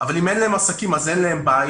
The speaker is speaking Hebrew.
אבל אם אין להן עסקים, אז אין להן בעיות?